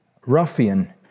Ruffian